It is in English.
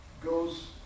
goes